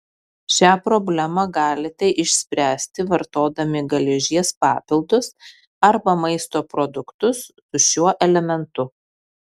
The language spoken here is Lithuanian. šią problemą galite išspręsti vartodami geležies papildus arba maisto produktus su šiuo elementu